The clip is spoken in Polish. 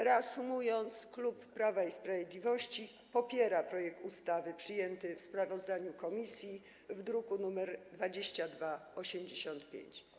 Reasumując, klub Prawo i Sprawiedliwość popiera projekt ustawy przyjęty w sprawozdaniu komisji w druku nr 2285.